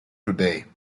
today